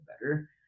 better